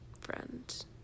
friend